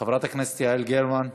חברת הכנסת יעל גרמן,